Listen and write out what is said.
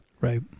right